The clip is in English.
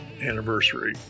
anniversary